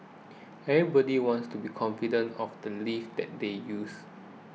everybody wants to be confident of the lifts that they use